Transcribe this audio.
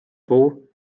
puu